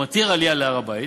שמתיר עלייה להר-הבית?